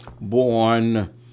born